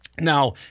now